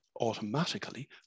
automatically